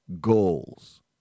goals